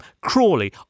Crawley